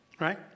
Right